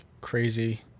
crazy